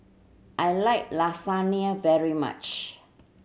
I like Lasagna very much